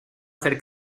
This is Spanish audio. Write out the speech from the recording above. hacer